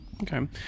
Okay